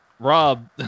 Rob